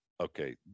okay